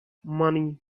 money